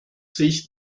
sicht